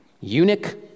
Eunuch